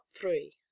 three